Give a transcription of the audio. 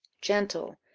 gentle,